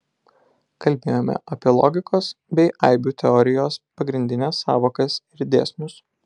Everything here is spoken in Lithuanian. kalbėjome apie logikos bei aibių teorijos pagrindines sąvokas ir dėsnius